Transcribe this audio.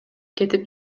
кетип